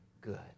good